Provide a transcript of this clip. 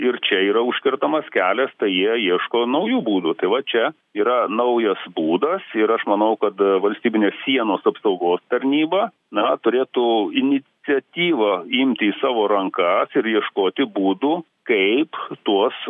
ir čia yra užkertamas kelias tai jie ieško naujų būdų tai va čia yra naujas būdas ir aš manau kad valstybinės sienos apsaugos tarnyba na turėtų iniciatyvą imti į savo rankas ir ieškoti būdų kaip tuos